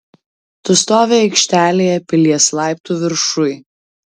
tu stovi aikštelėje pilies laiptų viršuj